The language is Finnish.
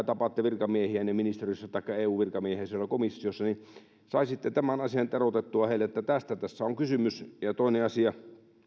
tapaatte virkamiehiänne ministeriössä taikka eu virkamiehiä siellä komissiossa niin saisitte tämän asian teroitettua heille että tästä tässä on kysymys ja yksi asia